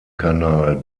kanal